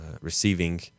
receiving